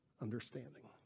understanding